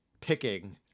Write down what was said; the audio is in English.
picking